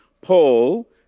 Paul